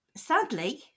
Sadly